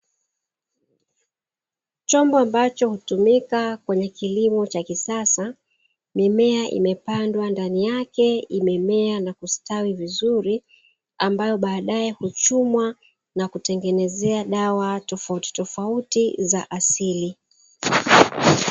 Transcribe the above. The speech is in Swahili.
Chombo ambacho hutumika kwenye kilimo cha kisasa, mimea imepandwa ndani yake; imemea na kustawi vizuri, ambayo baadaye huchumwa na kutengenezea dawa tofautitofauti za asili.